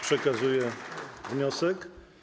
Przekazuję wniosek.